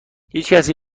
هیچکسی